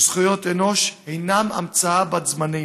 וזכויות אנוש אינם המצאה בת-זמננו.